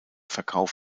verkauf